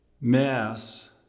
Mass